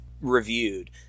reviewed